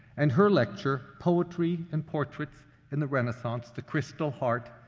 and her lecture, poetry and portraits in the renaissance the crystal heart,